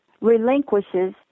relinquishes